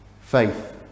Faith